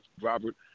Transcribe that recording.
Robert